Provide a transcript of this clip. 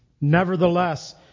nevertheless